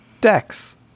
Decks